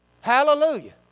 Hallelujah